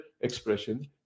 expression